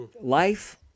Life